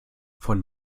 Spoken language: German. von